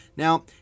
Now